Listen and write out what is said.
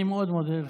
אני מאוד מודה לך,